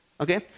Okay